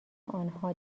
آنها